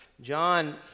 John